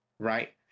Right